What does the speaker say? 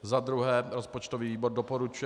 Za druhé rozpočtový výbor doporučuje